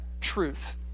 truth